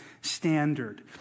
standard